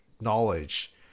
knowledge